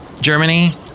Germany